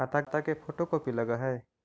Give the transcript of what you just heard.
खाता के photocopy लगहै?